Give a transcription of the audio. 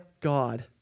God